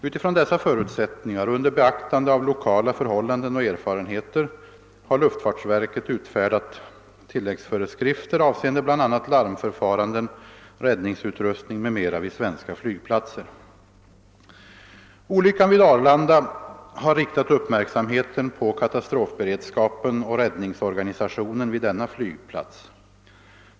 Utifrån dessa förutsättningar och under beaktande av lokala förhållanden och erfarenheter har luftfartsverket utfärdat tilläggsföreskrifter avseende bl.a. larmförfaranden, räddningsutrustning m.m. vid svenska flygplatser. Olyckan vid Arlanda har riktat uppmärksamheten på katastrofberedskapen och räddningsorganisationen vid denna flygplats.